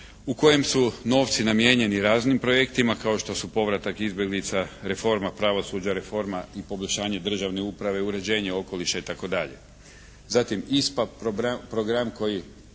u kojem su novci namijenjeni raznim projektima, kao što su povratak izbjeglica, reforma pravosuđa, reforma i poboljšanje državne uprave, uređenje okoliša itd. Zatim ISPA program koji